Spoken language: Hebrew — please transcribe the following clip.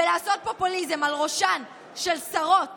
ולעשות פופוליזם על ראשן של שרות